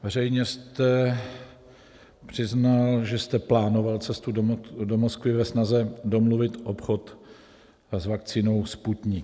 Veřejně jste přiznal, že jste plánoval cestu do Moskvy ve snaze domluvit obchod s vakcínou Sputnik.